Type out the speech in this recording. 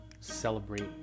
Celebrate